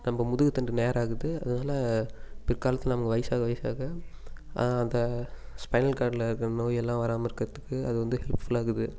நம்ம முதுகு தண்டு நேர இருக்குது அதனால பிற்காலத்தில் நமக்கு வயசாக வயசாக அந்த ஸ்பைனல்காட்டில் இருக்கிற நோயெல்லாம் வராமல் இருக்கிறதுக்கு அது வந்து ஹெல்ப் ஃபுல்லாக இருக்குது